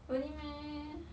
really meh